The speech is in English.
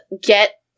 get